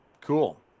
cool